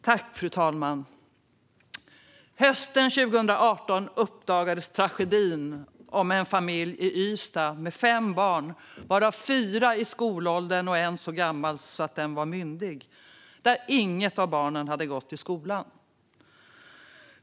Fru talman! Hösten 2018 uppdagades en tragedi i Ystad. I en familj med fem barn, varav fyra var i skolåldern och ett var myndigt, hade inget fått gå i skolan.